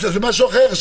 זה משהו אחר.